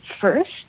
first